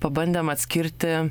pabandėm atskirti